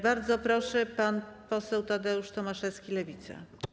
Bardzo proszę, pan poseł Tadeusz Tomaszewski, Lewica.